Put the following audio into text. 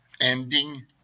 ending